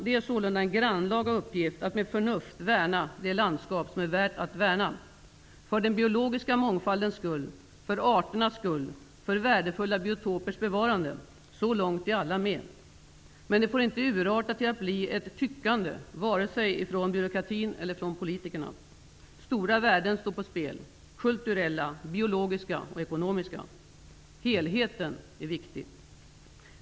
Det är sålunda en grannlaga uppgift att med förnuft värna det landskap som är värt att värna, för den biologiska mångfaldens skull, för arternas skull, för värdefulla biotopers bevarande. Så långt är alla med. Men det får inte urarta till att bli ett tyckande, vare sig från byråkratin eller från politikerna. Stora värden står på spel -- kulturella, biologiska och ekonomiska. Helheten är viktig.